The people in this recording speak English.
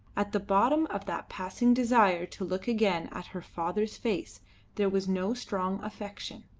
at the bottom of that passing desire to look again at her father's face there was no strong affection.